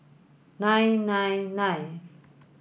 nine nine nine